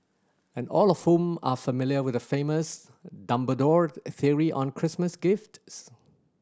and all of whom are familiar with the famous Dumbledore theory on Christmas gifts